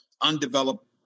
undeveloped